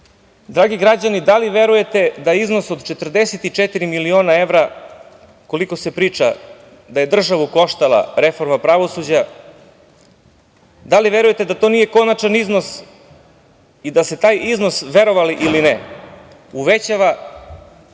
građani da li verujete da iznos od 44 miliona evra, koliko se priča da je državu koštala reformu pravosuđa, da li verujete da to nije konačan iznos i da se taj iznos, verovali ili ne, uvećava iz